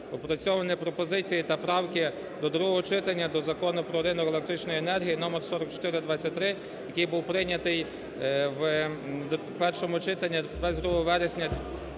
опрацьовані пропозиції та правки до другого читання до Закону про ринок електричної енергії (номер 4493), який був прийнятий в першому читанні 22 вересня